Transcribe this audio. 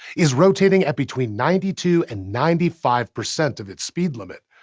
is rotating at between ninety two and ninety five percent of its speed limit.